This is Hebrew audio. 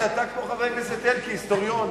אתה כמו חבר הכנסת אלקין, היסטוריון.